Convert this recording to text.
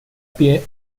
pie